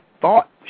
thought